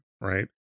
right